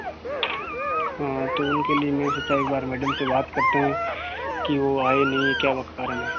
तो उनके लिए मैंने सोचा एक बार मैडम से बात करते हैं कि वह आए नी क्या वह कारण है